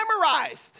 memorized